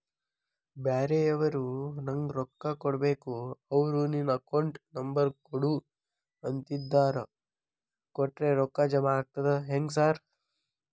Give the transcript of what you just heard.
ಬ್ಯಾರೆವರು ನಂಗ್ ರೊಕ್ಕಾ ಕೊಡ್ಬೇಕು ಅವ್ರು ನಿನ್ ಅಕೌಂಟ್ ನಂಬರ್ ಕೊಡು ಅಂತಿದ್ದಾರ ಕೊಟ್ರೆ ರೊಕ್ಕ ಜಮಾ ಆಗ್ತದಾ ಹೆಂಗ್ ಸಾರ್?